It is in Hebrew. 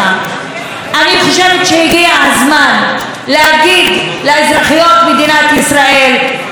אני חושבת שהגיע הזמן להגיד לאזרחיות מדינת ישראל: תתעוררו,